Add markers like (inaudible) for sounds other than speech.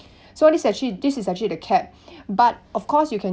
so this actually this is actually the cap (breath) but of course you can